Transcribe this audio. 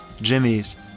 Jimmy's